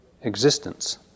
existence